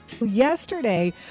Yesterday